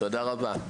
תודה רבה.